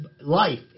life